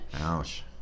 Ouch